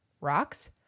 rocks